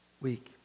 week